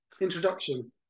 introduction